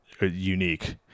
unique